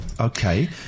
Okay